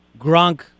grunk